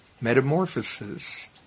metamorphosis